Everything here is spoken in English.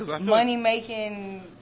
money-making